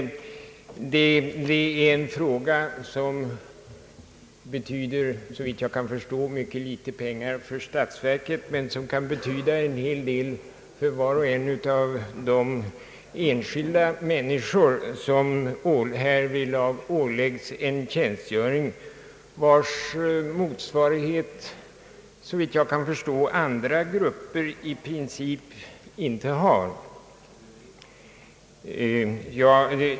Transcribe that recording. Det är här fråga om litet pengar för statsverket men belopp som kan betyda en hel del för var och en av de enskilda personer som åläggs en tjänstgöring vars motsvarighet, såvitt jag kan förstå, andra grupper i princip inte har.